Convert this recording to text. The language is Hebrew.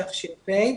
תש"פ,